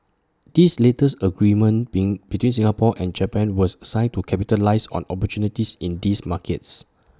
this latest agreement been between Singapore and Japan was signed to capitalise on opportunities in these markets